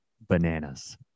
bananas